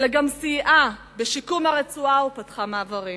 אלא גם סייעה בשיקום הרצועה ופתחה מעברים.